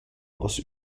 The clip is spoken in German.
aus